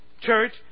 Church